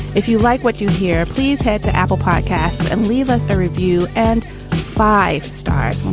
if you like what you hear. please head to apple podcast and leave us a review. and five stars.